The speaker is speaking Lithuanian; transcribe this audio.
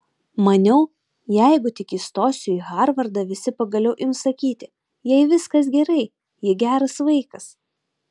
maniau jeigu tik įstosiu į harvardą visi pagaliau ims sakyti jai viskas gerai ji geras vaikas